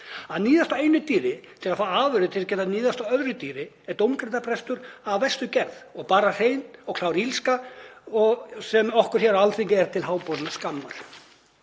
Að níðast á einu dýri til að fá afurðir til að geta níðst á öðru dýri er dómgreindarbrestur af verstu gerð og bara hrein og klár illska sem er okkur hér á Alþingi til háborinnar skammar.